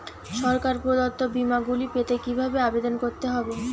সরকার প্রদত্ত বিমা গুলি পেতে কিভাবে আবেদন করতে হবে?